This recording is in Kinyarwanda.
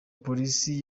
polisi